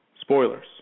Spoilers